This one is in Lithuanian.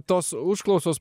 tos užklausos